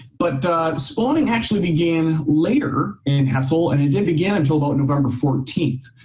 but spawning actually began later in hessel. and and didn't began until about november fourteenth.